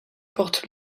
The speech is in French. porte